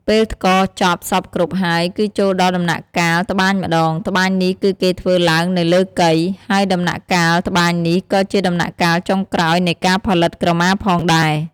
ពេលថ្ករចប់សព្វគ្រប់ហើយគឺចូលដល់ដំណាក់កាលត្បាញម្តង ត្បាញនេះគឺគេធ្វើឡើងនៅលើកី ហើយដំណាក់កាលត្បាញនេះក៏ជាដំណាក់កាលចុងក្រោយនៃការផលិតក្រមាផងដែរ។